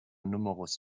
numerus